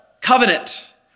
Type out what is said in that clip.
covenant